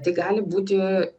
tai gali būti